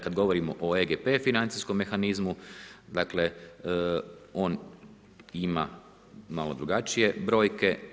Kad govorimo o EGP financijskom mehanizmu, dakle on ima malo drugačije brojke.